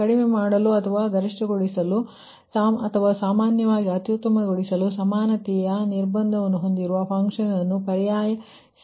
ಕಡಿಮೆ ಮಾಡಲು ಅಥವಾ ಗರಿಷ್ಠಗೊಳಿಸಲು ಅಥವಾ ಸಾಮಾನ್ಯವಾಗಿ ಅತ್ಯುತ್ತಮವಾಗಿಸಲು ಸಮಾನತೆಯ ನಿರ್ಬಂಧವನ್ನು ಹೊಂದಿರುವ ಫನ್ಕ್ಷನ್ ಅನ್ನು ಪರ್ಯಾಯ ಸ್ಥಿತಿಯಾಗಿ ತೆಗೆದುಕೊಳ್ಳಬೇಕು